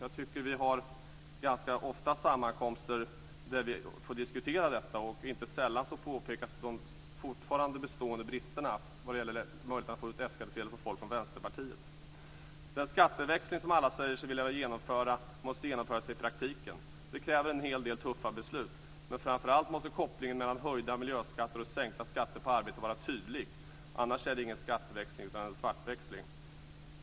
Jag tycker att vi ganska ofta har sammankomster där vi får diskutera detta. Folk från Vänsterpartiet påpekar inte sällan de brister som fortfarande består när det gäller möjligheten att få ut F-skattsedel. Den skatteväxling som alla säger sig vilja genomföra måste genomföras i praktiken. Det kräver en hel del tuffa beslut. Framför allt måste kopplingen mellan höjda miljöskatter och sänkta skatter på arbete vara tydlig. Annars är det ingen skatteväxling utan en svartväxling.